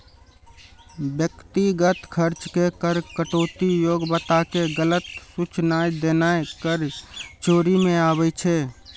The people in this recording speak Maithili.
व्यक्तिगत खर्च के कर कटौती योग्य बताके गलत सूचनाय देनाय कर चोरी मे आबै छै